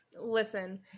Listen